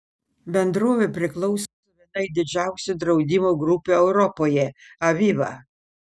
bendrovė priklauso vienai didžiausių draudimo grupių europoje aviva